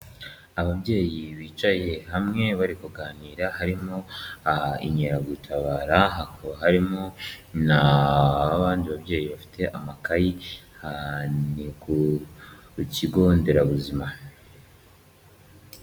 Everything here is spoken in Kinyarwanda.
Ababyeyi bicaye hamwe bari kuganira harimo harimo inkeragutabara, hakaba harimo n'abandi babyeyi bafite amakayi, ni ku kigo nderabuzima.